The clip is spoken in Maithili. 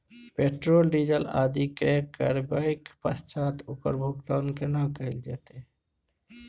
पेट्रोल, डीजल आदि क्रय करबैक पश्चात ओकर भुगतान केना कैल जेतै?